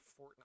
Fortnite